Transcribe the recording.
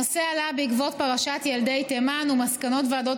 הנושא עלה בעקבות פרשת ילדי תימן ומסקנות ועדות